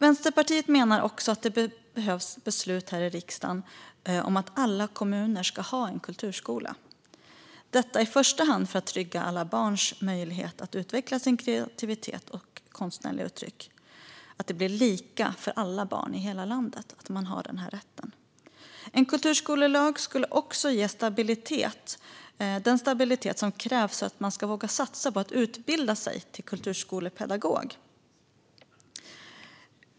Vänsterpartiet menar också att det behövs beslut här i riksdagen om att alla kommuner ska ha en kulturskola - i första hand för att trygga alla barns möjlighet att utveckla sin kreativitet och sitt konstnärliga uttryck. Det handlar om att det ska bli lika för alla barn i hela landet och att de ska ha den här rätten. En kulturskolelag skulle också ge den stabilitet som krävs för att man ska våga satsa på att utbilda sig till kulturskolepedagog.